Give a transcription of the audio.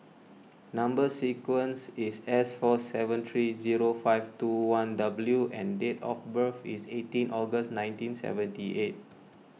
Number Sequence is S four seven three zero five two one W and date of birth is eighteen August nineteen seventy eight